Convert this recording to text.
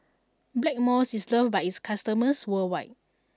Blackmores is loved by its customers worldwide